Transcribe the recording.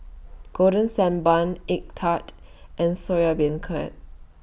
Golden Sand Bun Egg Tart and Soya Beancurd